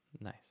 Nice